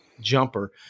jumper